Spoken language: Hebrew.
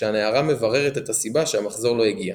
כשהנערה מבררת את הסיבה שהמחזור לא הגיע.